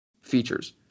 features